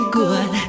good